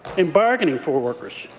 and bargaining for workers.